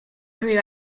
grew